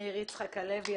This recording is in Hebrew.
מאיר יצחק הלוי,